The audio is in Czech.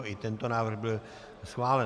I tento návrh byl schválen.